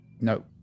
No